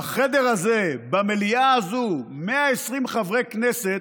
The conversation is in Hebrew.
בחדר הזה, במליאה הזאת, 120 חברי כנסת